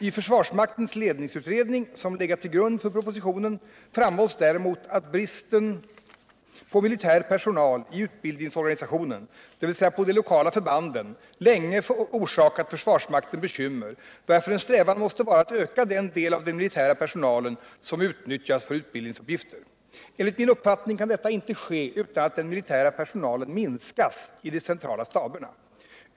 I försvarsmaktens ledningsutredning, som legat till grund för propositionen, framhålls däremot att bristen på militär personal i utbildningsorganisationen, dvs. på de lokala förbanden, länge orsakat försvarsmakten bekymmer, varför en strävan måste vara att öka den del av den militära personalen som utnyttjas för utbildningsuppgifter. Enligt min uppfattning kan detta inte ske utan att den militära personalen minskas i de centrala staberna.